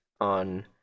on